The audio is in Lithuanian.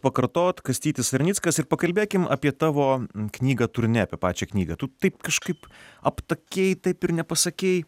pakartot kastytis sarnickas ir pakalbėkim apie tavo knygą turnė apie pačią knygą tu taip kažkaip aptakiai taip ir nepasakei